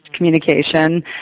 communication